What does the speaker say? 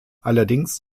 allerdings